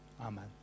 Amen